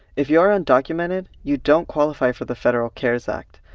if you are undocumented, you don't qualify for the federal cares act,